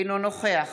אינו נוכח